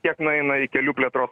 kiek nueina į kelių plėtros